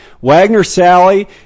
Wagner-Sally